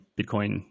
Bitcoin